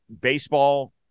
baseball